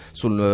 sul